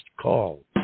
Call